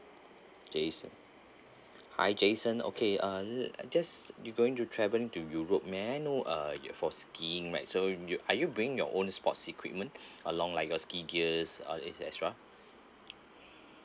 jason hi jason okay uh just you going to travelling to europe may I know uh your for skiing right so you are you bringing your own sports equipment along like your ski gears uh et cetera